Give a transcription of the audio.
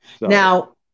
Now